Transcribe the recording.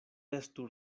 estu